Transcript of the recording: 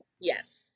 Yes